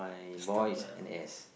stuck lah